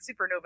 supernova